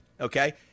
okay